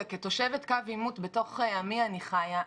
כתושבת קו עימות בתוך עמי אני חיה.